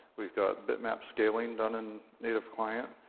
we've got bitmap scaling done in native client.